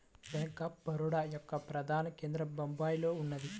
bank of Baroda యొక్క ప్రధాన కేంద్రం బొంబాయిలో ఉన్నది